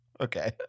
Okay